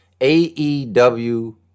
AEW